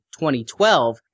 2012